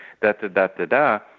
da-da-da-da-da